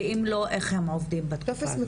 ואם לא, איך הם עובדים בתקופה הזאת?